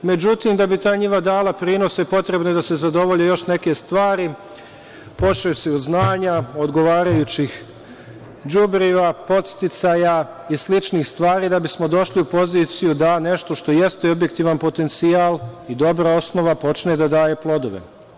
Međutim da bi ta njiva dala prinose, potrebno je da se zadovolje još neke stvari, počevši od znanja, odgovarajućih đubriva, podsticaja i sličnih stvari da bismo došli u poziciju da nešto što jeste objektivan potencijal i dobra osnova počne da daje plodove.